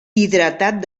hidratat